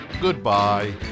Goodbye